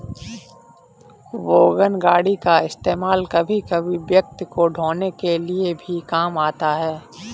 wagon गाड़ी का इस्तेमाल कभी कभी व्यक्ति को ढ़ोने के लिए भी काम आता है